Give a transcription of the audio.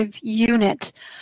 unit